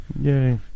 Yay